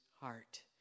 heart